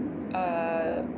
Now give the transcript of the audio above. err